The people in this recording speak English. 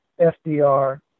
FDR